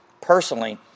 personally